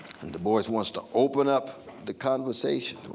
du bois wants to open up the conversation.